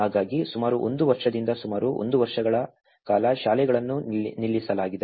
ಹಾಗಾಗಿ ಸುಮಾರು ಒಂದು ವರ್ಷದಿಂದ ಸುಮಾರು ಒಂದು ವರ್ಷಗಳ ಕಾಲ ಶಾಲೆಗಳನ್ನು ನಿಲ್ಲಿಸಲಾಗಿದೆ